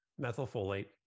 methylfolate